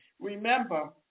remember